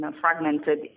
fragmented